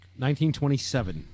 1927